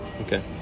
Okay